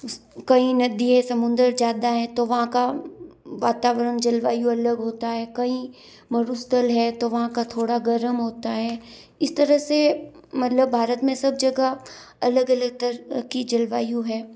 कहीं नदी है समुद्र ज़्यादा हैं तो वहाँ का वातावरण जलवायु अलग होता है कहीं मरुस्थल है तो वहाँ का थोड़ा गर्म होता है इस तरह से मतलब भारत में सब जगह अलग अलग तरह की जलवायु है